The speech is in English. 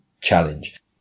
challenge